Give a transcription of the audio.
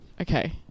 Okay